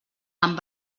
amb